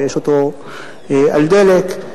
ויש אותו על דלק,